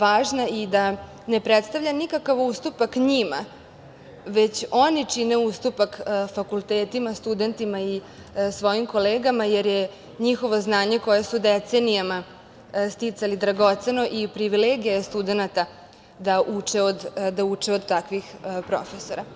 važna, i da ne predstavlja nikakav ustupak njima, već oni čine ustupak fakultetima, studentima i svojim kolegama, jer je njihovo znanje koje su decenijama sticali dragoceno i privilegija je studenata da uče od takvih profesora.